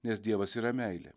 nes dievas yra meilė